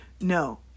No